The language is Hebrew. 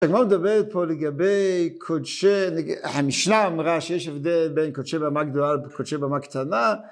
הגמרא מדברת פה לגבי קודשי, המשנה אמרה שיש הבדל, בין קודשי במה גדולה לקודשי במה קטנה